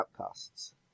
Outcasts